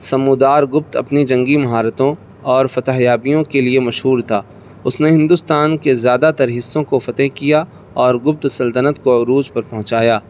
سمودار گپت اپنی جنگی مہارتوں اور فتح یابیوں کے لیے مشہور تھا اس نے ہندوستان کے زیادہ تر حِصّوں کو فتح کیا اور گپت سلطنت کو عروج پر پہنچایا